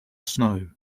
snow